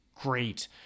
great